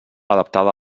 adaptada